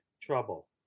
trouble